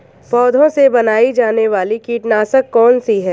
पौधों से बनाई जाने वाली कीटनाशक कौन सी है?